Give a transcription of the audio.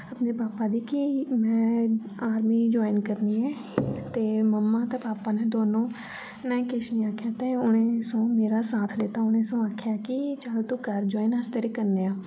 मेरे पापा दी की में आर्मी जाइन करनी ऐ ते ममा ते पापा ने दोनों ने किश निं आक्खेआ ते उन्हें सोओ मेरा साथ दित्ता उन्हें सोओ अक्खेआ कि जा तू कर जाइन अस तेरे कन्ने आं